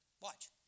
watch